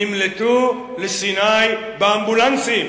נמלטו לסיני באמבולנסים".